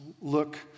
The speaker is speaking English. Look